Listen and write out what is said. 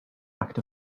act